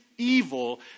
evil